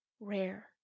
rare